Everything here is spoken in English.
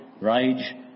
rage